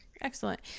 excellent